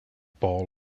ball